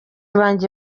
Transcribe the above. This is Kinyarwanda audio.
banjye